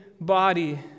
body